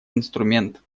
инструмент